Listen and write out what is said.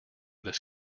this